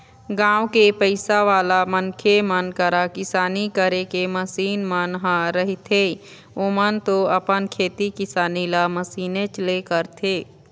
गाँव के पइसावाला मनखे मन करा किसानी करे के मसीन मन ह रहिथेए ओमन तो अपन खेती किसानी ल मशीनेच ले करथे